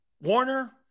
Warner